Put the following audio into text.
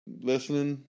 listening